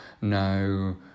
no